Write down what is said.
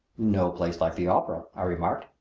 no place like the opera! i remarked.